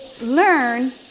learn